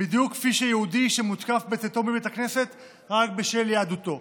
בדיוק כפי שיהודי מותקף בצאתו מבית הכנסת רק בשל יהדותו.